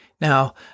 Now